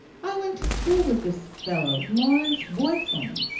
i went to school with this fellow, lawrence boythorn,